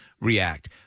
react